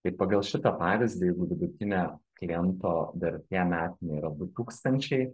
tai pagal šitą pavyzdį jeigu vidutinė kliento vertė metinė yra du tūkstančiai